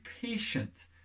patient